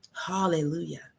Hallelujah